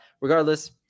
regardless